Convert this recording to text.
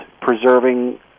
preserving